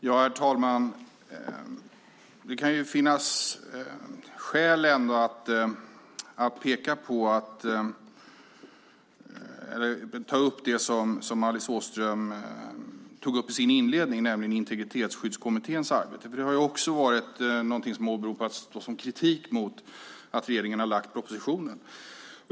Herr talman! Det kan trots allt finnas skäl att ta upp det som Alice Åström nämnde i sin inledning, nämligen Integritetsskyddskommitténs arbete. Det är ju också något som har åberopats som kritik mot att regeringen har lagt fram propositionen.